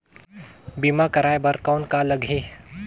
बीमा कराय बर कौन का लगही?